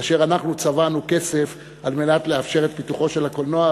כאשר אנחנו צבענו כסף על מנת לאפשר את פיתוחו של הקולנוע,